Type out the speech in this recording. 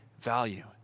value